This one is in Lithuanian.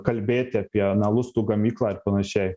kalbėti apie na lustų gamyklą ir panašiai